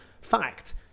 fact